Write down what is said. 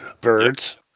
birds